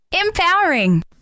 empowering